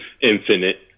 infinite